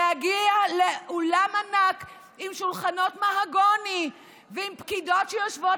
להגיע לאולם ענק עם שולחנות מהגוני ועם פקידות שיושבות